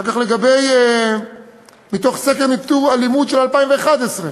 אחר כך, מתוך סקר ניטור אלימות של 2011,